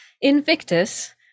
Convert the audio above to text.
Invictus